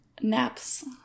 Naps